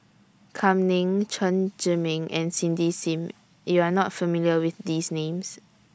Kam Ning Chen Zhiming and Cindy SIM YOU Are not familiar with These Names